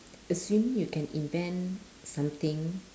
assuming you can invent something